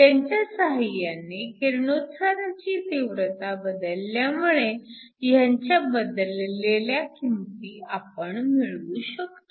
त्यांच्या साहाय्याने किरणोत्साराची तीव्रता बदलल्यामुळे ह्यांच्या बदललेल्या किंमती आपण मिळवू शकतो